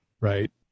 right